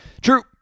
true